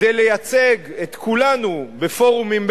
כדי לייצג את כולנו בפורומים בין-לאומיים,